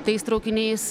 tais traukiniais